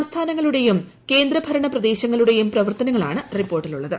സംസ്ഥാനങ്ങളുടെയും കേന്ദ്രഭരണപ്രദേശങ്ങളുടെയും പ്രവർത്തനങ്ങളാണ് റിപ്പോർട്ടിലുള്ളത്